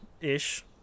ish